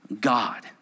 God